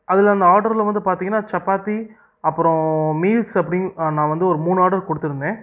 அதில் அந்த ஆடரில் வந்து பார்த்திங்கனா சப்பாத்தி அப்புறோம் மீல்ஸ் அப்படின்னு நான் வந்து ஒரு மூணு ஆடர் கொடுத்துருந்தேன்